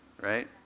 Right